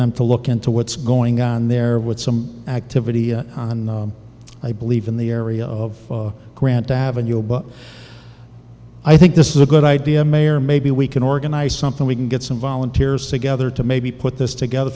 them to look into what's going on there with some activity on i believe in the area of grant avenue above i think this is a good idea mayor maybe we can organize something we can get some volunteers together to maybe put this together